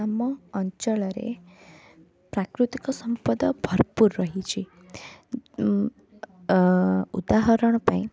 ଆମ ଅଞ୍ଚଳରେ ପ୍ରାକୃତିକ ସମ୍ପଦ ଭରପୂର ରହିଛି ଉଁ ଅଁ ଉଦାହରଣ ପାଇଁ